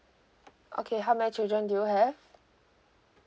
okay how many children do you have